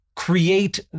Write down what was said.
Create